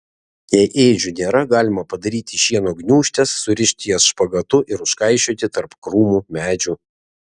jei ėdžių nėra galima padaryti šieno gniūžtes surišti jas špagatu ir užkaišioti tarp krūmų medžių